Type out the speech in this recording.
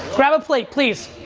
grab a plate, please.